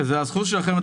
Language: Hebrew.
זה הזכות שלכם.